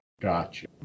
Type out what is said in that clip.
Gotcha